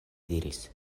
diris